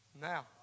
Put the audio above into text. Now